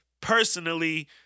personally